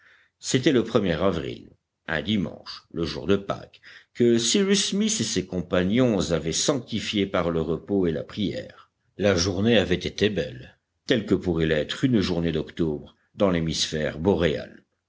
c'était le er avril un dimanche le jour de pâques que cyrus smith et ses compagnons avaient sanctifié par le repos et la prière la journée avait été belle telle que pourrait l'être une journée d'octobre dans l'hémisphère boréal